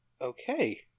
Okay